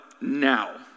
now